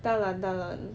当然当然